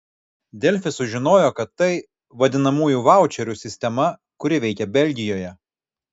delfi sužinojo kad tai vadinamųjų vaučerių sistema kuri veikia belgijoje